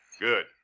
Good